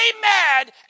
mad